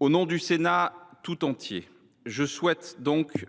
Au nom du Sénat tout entier, je souhaite